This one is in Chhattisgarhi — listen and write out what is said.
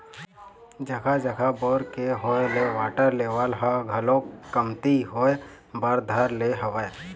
जघा जघा बोर के होय ले वाटर लेवल ह घलोक कमती होय बर धर ले हवय